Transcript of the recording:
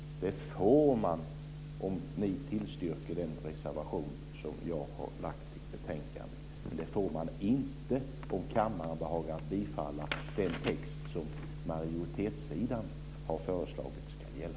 Det får de om ni tillstyrker min reservation i betänkandet. Det får de inte om kammaren behaga bifalla den text som majoritetssidan har föreslagit ska gälla.